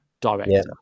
director